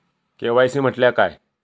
KYC म्हटल्या काय?